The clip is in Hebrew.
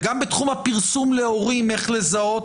וגם בתחום הפרסום להורים איך לזהות.